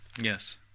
Yes